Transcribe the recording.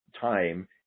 time